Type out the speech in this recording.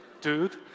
dude